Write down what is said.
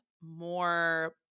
more